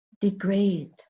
degrade